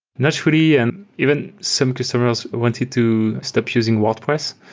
not really, and even some customers wanted to stop using wordpress.